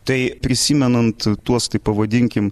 tai prisimenant tuos taip pavadinkim